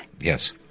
yes